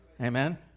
Amen